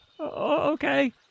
Okay